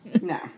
No